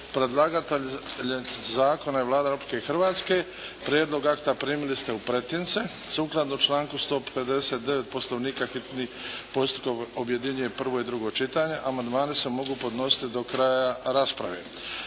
Predlagatelj zakona je Vlada Republike Hrvatske. Prijedlog akta primili ste u pretince. Sukladno članku 159. Poslovnika hitni postupak objedinjuje prvo i drugo čitanje. Amandmani se mogu podnositi do kraja rasprave.